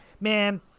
man